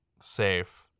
safe